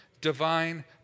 divine